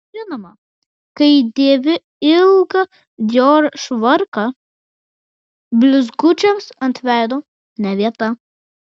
žinoma kai dėvi ilgą dior švarką blizgučiams ant veido ne vieta